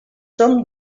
som